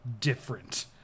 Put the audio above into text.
different